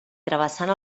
travessant